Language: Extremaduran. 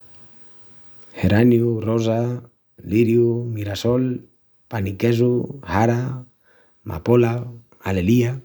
Geraniu, rosa, liriu, mirassol, pan-i-quesu, xara, mapola, alelía.